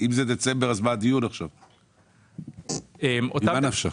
שומרון ושפיר.